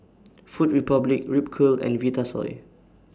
Food Republic Ripcurl and Vitasoy